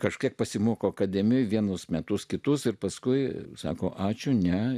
kažkiek pasimoko akademijoje vienus metus kitus ir paskui sako ačiū ne